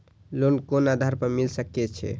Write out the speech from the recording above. Loan कोन आधार पर मिल सके छे?